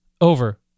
over